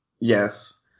yes